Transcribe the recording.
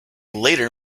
later